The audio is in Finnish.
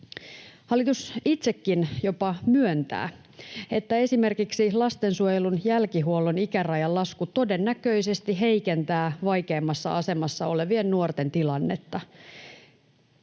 Hallitus itsekin jopa myöntää, että esimerkiksi lastensuojelun jälkihuollon ikärajan lasku todennäköisesti heikentää vaikeimmassa asemassa olevien nuorten tilannetta.